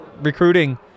recruiting